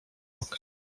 okna